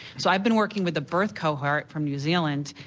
so i've been working with a birth cohort from new zealand,